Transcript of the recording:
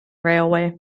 railway